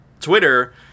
Twitter